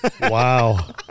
Wow